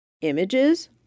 Images